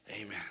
Amen